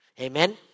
Amen